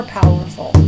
powerful